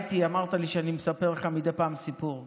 אמרת לי שאספר לכם מדי פעם סיפור.